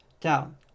Down